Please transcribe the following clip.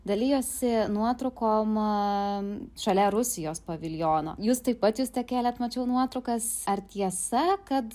dalijosi nuotraukom šalia rusijos paviljono jūs taip pat juste kėlėt mačiau nuotraukas ar tiesa kad